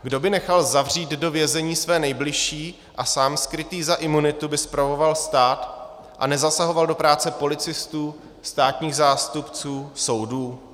Kdo by nechal zavřít do vězení své nejbližší a sám skrytý za imunitu by spravoval stát a nezasahoval do práce policistů, státních zástupců, soudů?